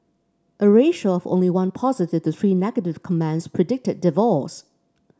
a ratio of only one positive to three negative comments predicted divorce